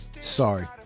sorry